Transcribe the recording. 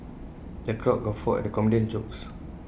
the crowd guffawed at the comedian's jokes